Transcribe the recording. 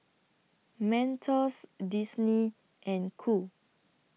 Mentos Disney and Qoo